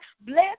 bless